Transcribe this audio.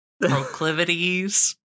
proclivities